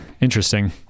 interesting